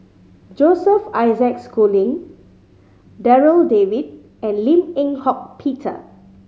Joseph Isaac Schooling Darryl David and Lim Eng Hock Peter